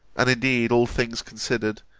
and indeed, all things considered,